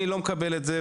אני לא מקבל את זה,